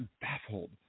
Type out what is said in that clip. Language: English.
baffled